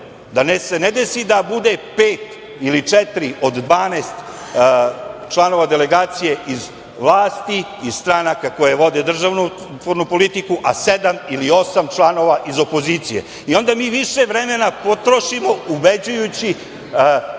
se ne desi da bude pet ili četiri od 12 članova delegacije iz vlasti, iz stranaka koje vode državotvornu politiku, a sedam ili osam članova iz opozicije. Onda mi više vremena potrošimo ubeđujući